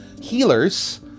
healers